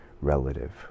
relative